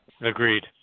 Agreed